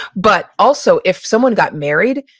but also if someone got married,